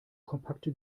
kompakte